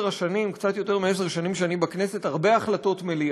בקצת יותר מעשר שנים שאני בכנסת אני לא זוכר הרבה החלטות מליאה,